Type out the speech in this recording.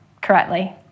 correctly